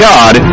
God